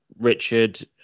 Richard